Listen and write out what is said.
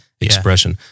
expression